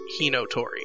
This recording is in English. Hinotori